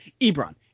Ebron